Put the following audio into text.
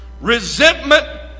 resentment